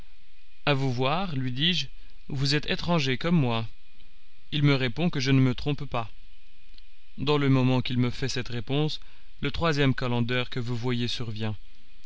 à vous voir lui dis-je vous êtes étranger comme moi il me répond que je ne me trompe pas dans le moment qu'il me fait cette réponse le troisième calender que vous voyez survient